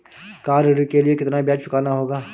Car ऋण के लिए कितना ब्याज चुकाना होगा?